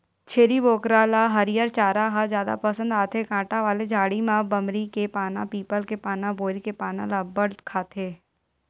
छेरी बोकरा ल हरियर चारा ह जादा पसंद आथे, कांटा वाला झाड़ी म बमरी के पाना, पीपल के पाना, बोइर के पाना ल अब्बड़ खाथे